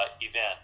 event